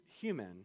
human